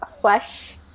flesh